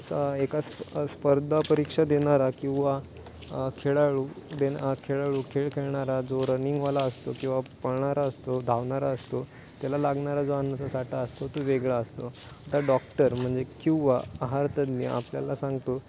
एका स्प स्पर्धा परीक्षा देनारा किंवा खेळाळू देनं खेळाळू खेळ खेळणारा जो रनिंगवाला असतो किंवा पळणारा असतो धावनारा असतो त्याला लागणारा जो अन्नचा साठा असतो तो वेगळा असतो आता डॉक्टर म्हणजे किंवा आहारतज्ञ आपल्याला सांगतो